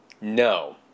No